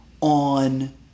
on